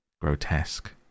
grotesque